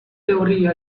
teoría